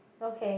okay